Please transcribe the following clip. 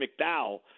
McDowell